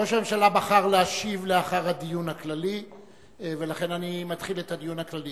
ראש הממשלה בחר להשיב לאחר הדיון הכללי ולכן אני מתחיל את הדיון הכללי,